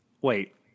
wait